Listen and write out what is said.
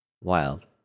Wild